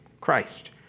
Christ